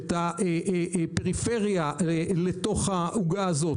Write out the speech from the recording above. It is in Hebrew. את הפריפריה לתוך העוגה הזו,